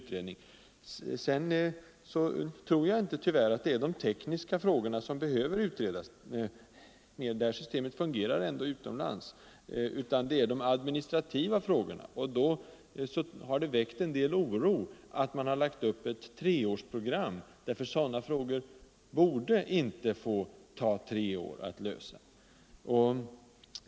Sedan tror jag inte att det är de tekniska frågorna som behöver särskilt omfattande utredning — det här systemet fungerar ändå utomlands — utan de administrativa frågorna. Det har därför väckt en del oro att man lagt upp ett treårsprogram. Sådana frågor borde inte få ta tre år att lösa!